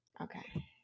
Okay